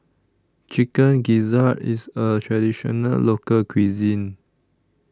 Chicken Gizzard IS A Traditional Local Cuisine